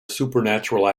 supernatural